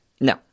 No